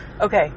Okay